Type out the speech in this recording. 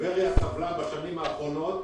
טבריה סבלה בשנים האחרונות